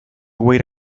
wait